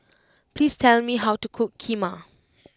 please tell me how to cook Kheema